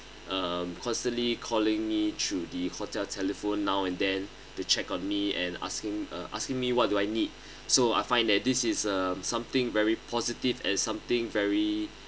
um constantly calling me through the hotel telephone now and then to check on me and asking uh asking me what do I need so I find that this is uh something very positive and something very